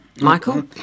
Michael